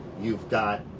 you've got